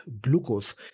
glucose